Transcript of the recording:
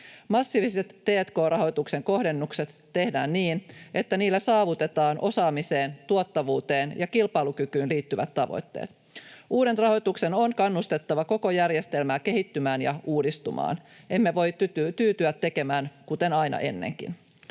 Massiiviset t&k-rahoituksen kohdennukset tehdään niin, että niillä saavutetaan osaamiseen, tuottavuuteen ja kilpailukykyyn liittyvät tavoitteet. Uuden rahoituksen on kannustettava koko järjestelmää kehittymään ja uudistumaan. Emme voi tyytyä tekemään kuten aina ennenkin.